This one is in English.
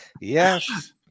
Yes